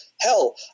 Hell